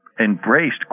embraced